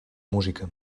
música